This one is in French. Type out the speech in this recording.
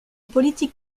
politique